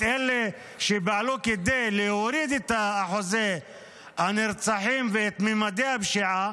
את אלה שפעלו להוריד את אחוזי הנרצחים ואת ממדי הפשיעה